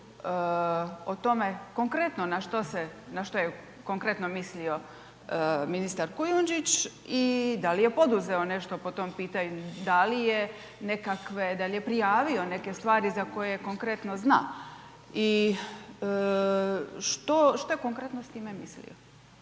o tome konkretno, na što se, na što je konkretno mislio ministar Kujunždić i da li je poduzeo nešto po tom pitanju. Da li je nekakve, da li je prijavio neke stvari za koje konkretno zna i što je konkretno s time mislio?